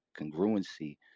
congruency